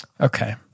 Okay